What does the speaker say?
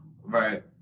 Right